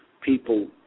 people